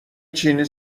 چینی